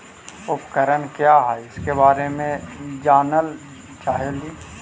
उपकरण क्या है इसके बारे मे जानल चाहेली?